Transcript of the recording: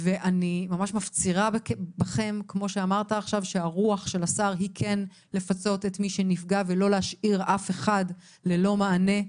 אני ממש מפצירה בכם לפצות את מי שנפגע ולא להשאיר אף אחד בלי מענה.